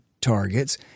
targets